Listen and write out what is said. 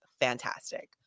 fantastic